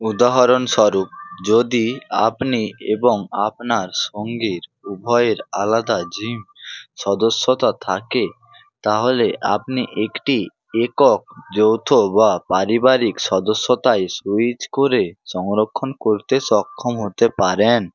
উদাহরণস্বরূপ যদি আপনি এবং আপনার সঙ্গীর উভয়ের আলাদা জিম সদস্যতা থাকে তাহলে আপনি একটি একক যৌথ বা পারিবারিক সদস্যতায় স্যুইচ করে সংরক্ষণ করতে সক্ষম হতে পারেন